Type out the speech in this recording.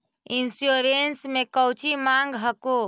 Insurance मे कौची माँग हको?